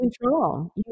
control